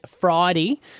Friday